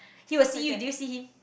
he will see you did you see him